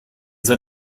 seid